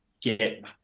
get